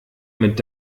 mit